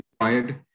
required